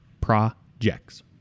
projects